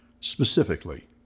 specifically